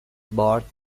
bark